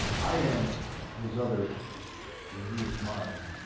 i am his other and he is mine.